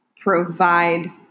provide